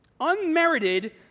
Unmerited